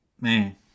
man